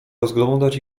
rozglądać